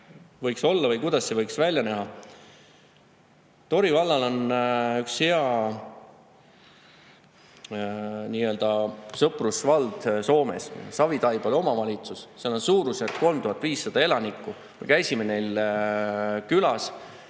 võiks olla, kuidas see võiks välja näha. Tori vallal on üks hea [eeskuju], sõprusvald Soomes, Savitaipale omavalitsus. Seal on suurusjärgus 3500 elanikku. Me käisime seal külas.